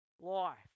life